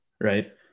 right